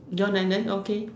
don't and then okay